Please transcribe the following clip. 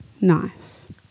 Nice